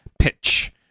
Pitch